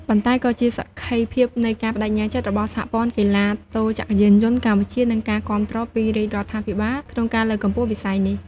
ប៉ុន្តែក៏ជាសក្ខីភាពនៃការប្ដេជ្ញាចិត្តរបស់សហព័ន្ធកីឡាទោចក្រយានយន្តកម្ពុជា និងការគាំទ្រពីរាជរដ្ឋាភិបាលក្នុងការលើកកម្ពស់វិស័យនេះ។